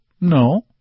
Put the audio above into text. No